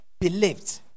Believed